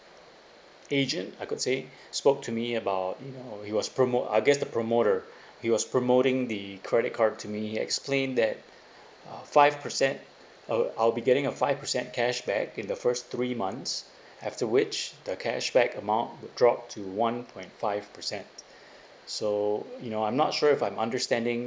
agent I could say spoke to me about you know he was promo~ I guessed the promoter he was promoting the credit card to me he explained that uh five percent uh I'll be getting a five percent cashback in the first three months after which the cashback amount will drop to one point five percent so you know I'm not sure if I'm understanding